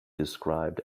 described